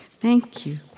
thank you